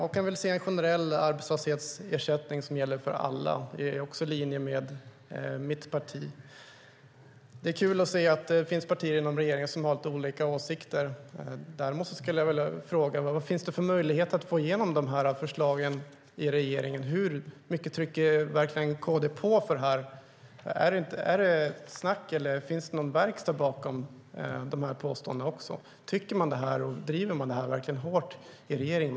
Och han vill se en generell arbetslöshetsersättning som gäller för alla. Det är också i linje med mitt parti. Det är kul att se att det finns partier inom regeringen som har lite olika åsikter. Däremot skulle jag vilja fråga: Vad finns det för möjlighet att få igenom de här förslagen i regeringen? Hur mycket trycker KD på för det här? Är det snack, eller finns det någon verkstad bakom de här påståendena? Tycker man det här, och driver man det här hårt i regeringen?